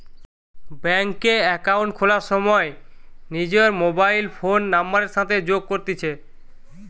bank এ account খোলার সময় নিজর মোবাইল ফোন নাম্বারের সাথে যোগ করতিছে